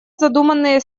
задуманные